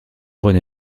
rené